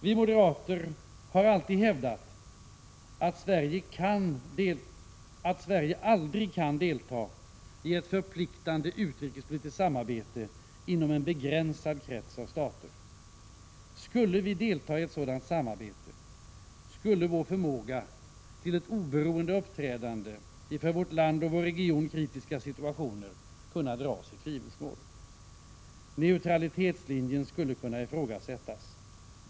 Vi moderater har alltid hävdat att Sverige aldrig kan delta i ett förpliktande utrikespolitiskt samarbete inom en begränsad krets av stater. Om vi i Sverige deltog i ett sådant samarbete, skulle vår förmåga till ett oberoende uppträdande i för vårt land och vår region kritiska situationer kunna dras i tvivelsmål. Neutralitetslinjen skulle kunna ifrågasättas.